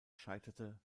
scheiterte